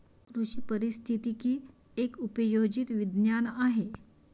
कृषी पारिस्थितिकी एक उपयोजित विज्ञान आहे